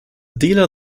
dealer